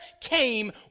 came